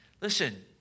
listen